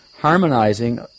harmonizing